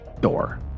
door